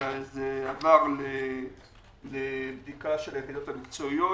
זה עבר לבדיקה של היחידות המקצועיות.